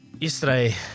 Yesterday